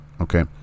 okay